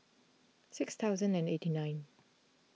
six thousand and eighty nine